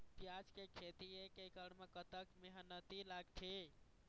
प्याज के खेती एक एकड़ म कतक मेहनती लागथे?